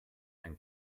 ein